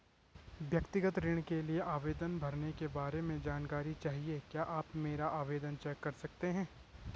व्यक्तिगत ऋण के लिए आवेदन भरने के बारे में जानकारी चाहिए क्या आप मेरा आवेदन चेक कर सकते हैं?